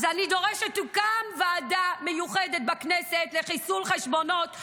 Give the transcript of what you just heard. אז אני דורשת שתוקם ועדה מיוחדת בכנסת לחיסול חשבונות.